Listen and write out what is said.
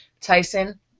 Tyson